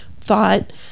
thought